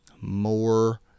more